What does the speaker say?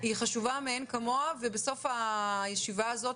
היא חשובה מאין כמוה ובסוף הישיבה הזאת,